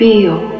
Feel